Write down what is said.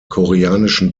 koreanischen